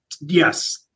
yes